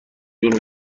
جور